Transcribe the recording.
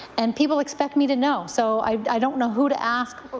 and people expect me to know. so i i don't know who to ask.